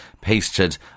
pasted